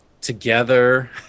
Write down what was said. together